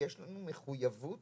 שיש לנו מחויבות